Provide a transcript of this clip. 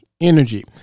energy